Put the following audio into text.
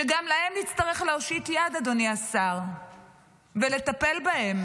שגם להם נצטרך להושיט יד ולטפל בהם